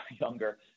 younger